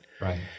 Right